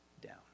down